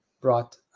brought